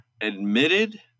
admitted